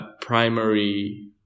primary